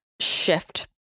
shift